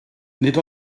nid